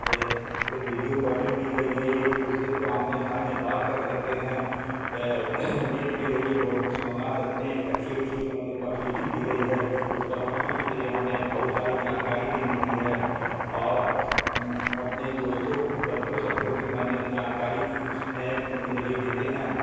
video calling دی گئی ہے ایک دوسرے کو آمنے سامنے بات کر سکتے ہیں نیٹ کے ذریعے بہت کچھ منگا سکتے ہیں ایک اچھی اچھی سمجھ کی فیسلٹی دی گئی ہے اس فیسلٹی کے ذریعے ہمیں بہت ساری جانکاری بھی ملتی ہے اور اپنے دوستوں بچوں سب کو بھی میں جانکاری اس نئے فون کے ذریعے دیتے ہیں